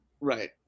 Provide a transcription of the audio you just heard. Right